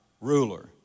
ruler